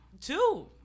two